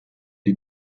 die